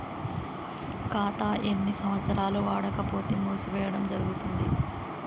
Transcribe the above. ఖాతా ఎన్ని సంవత్సరాలు వాడకపోతే మూసివేయడం జరుగుతుంది?